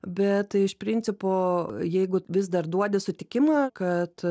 bet iš principo jeigu vis dar duodi sutikimą kad